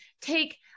Take